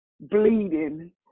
bleeding